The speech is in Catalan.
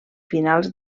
finals